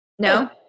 No